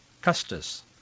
Custis